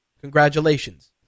Congratulations